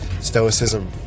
stoicism